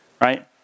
right